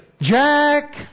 Jack